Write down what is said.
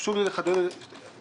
חשוב לי לחדד את